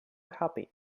happy